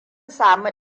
sami